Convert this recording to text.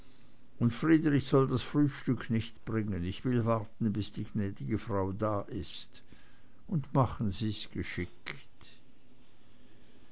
und friedrich soll das frühstück nicht bringen ich will warten bis die gnäd'ge frau da ist und machen sie's geschickt